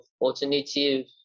alternative